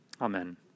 Amen